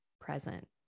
present